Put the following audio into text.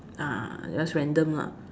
just random lah